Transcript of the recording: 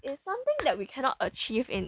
it's something that we cannot achieve in